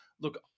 Look